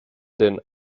den